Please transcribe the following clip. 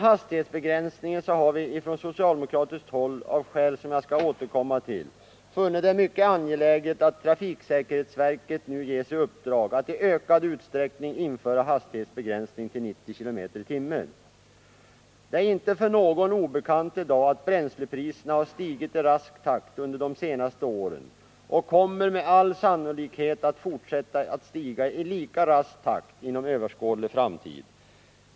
Vi har från socialdemokratiskt håll, av skäl som jag skall återkomma till, funnit det mycket angeläget att trafiksäkerhetsverket nu får i uppdrag att i ökad utsträckning införa hastighetsbegränsning till 90 km/tim. Det är i dag inte för någon obekant att bränslepriserna har stigit i rask takt under de senaste åren och med all sannolikhet kommer att fortsätta att stiga i lika rask takt inom överskådlig tid.